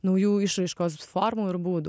naujų išraiškos formų ir būdų